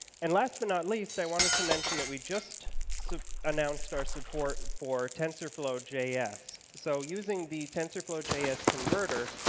and last but not least, i wanted to mention that we just so announced our support for tensorflow js. so using the tensorflow js converter,